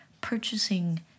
purchasing